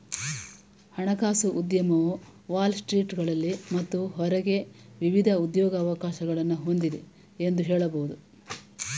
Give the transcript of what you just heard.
ಹಣಕಾಸು ಉದ್ಯಮವು ವಾಲ್ ಸ್ಟ್ರೀಟ್ನಲ್ಲಿ ಮತ್ತು ಹೊರಗೆ ವಿವಿಧ ಉದ್ಯೋಗವಕಾಶಗಳನ್ನ ಹೊಂದಿದೆ ಎಂದು ಹೇಳಬಹುದು